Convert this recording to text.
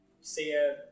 see